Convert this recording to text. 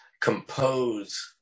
compose